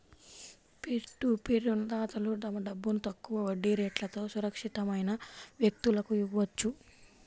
peer to peer రుణదాతలు తమ డబ్బును తక్కువ వడ్డీ రేట్లతో సురక్షితమైన వ్యక్తులకు ఇవ్వొచ్చు